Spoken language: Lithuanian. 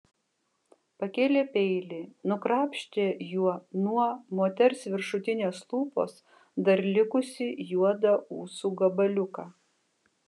pakėlė peilį nukrapštė juo nuo moters viršutinės lūpos dar likusį juodą ūsų gabaliuką